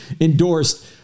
endorsed